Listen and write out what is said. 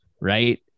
Right